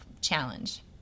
challenge